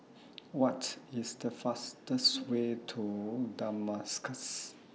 What IS The fastest Way to Damascus